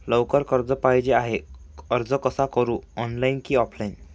लवकर कर्ज पाहिजे आहे अर्ज कसा करु ऑनलाइन कि ऑफलाइन?